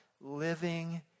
living